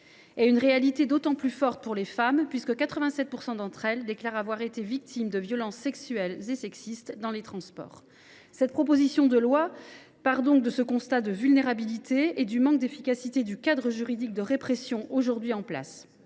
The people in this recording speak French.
Et une réalité d’autant plus forte pour les femmes : 87 % d’entre elles déclarent avoir été victimes de violences sexuelles et sexistes dans les transports. Cette proposition de loi part de ce constat de vulnérabilité et du manque d’efficacité du cadre juridique de répression aujourd’hui en place.